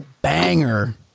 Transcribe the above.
banger